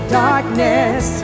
darkness